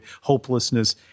hopelessness